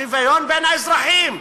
שוויון בין האזרחים.